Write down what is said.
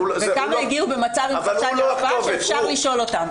וכמה הגיעו במצב שאפשר לשאול אותן.